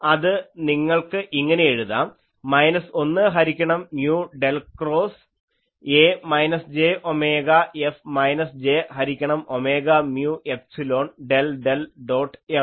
അത് നിങ്ങൾക്ക് ഇങ്ങനെ എഴുതാം മൈനസ് 1 ഹരിക്കണം mu del cross A minus j omega F minus j ഹരിക്കണം omega mu epsilon del del dot F